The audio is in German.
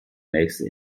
nächste